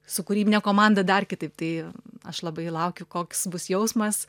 su kūrybine komanda dar kitaip tai aš labai laukiu koks bus jausmas